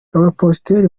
abapasiteri